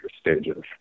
stages